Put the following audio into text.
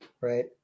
right